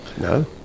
No